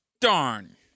Darn